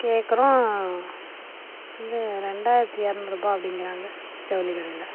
கேட்குறோம் வந்து ரெண்டாயிரத்தி இரநூறு ரூபாய் அப்டிங்கிறாங்க ஜவுளிக்கடையில்